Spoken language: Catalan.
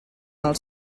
els